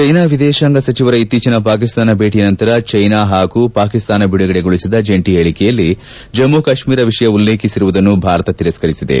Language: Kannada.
ಚ್ಯೆನಾ ವಿದೇಶಾಂಗ ಸಚಿವರ ಇತ್ತೀಚಿನ ಪಾಕಿಸ್ತಾನ ಭೇಟಿಯ ನಂತರ ಚೈನಾ ಪಾಕಿಸ್ತಾನ ಬಿಡುಗಡೆಗೊಳಿಸಿದ ಜಂಟಿ ಹೇಳಿಕೆಯಲ್ಲಿ ಜಮ್ಮ ಕಾಶ್ಮೀರ ವಿಷಯ ಉಲ್ಲೇಖಿಸಿರುವುದನ್ನು ಭಾರತ ತಿರಸ್ಕರಿಸಿದೆ